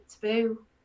taboo